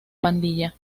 pandilla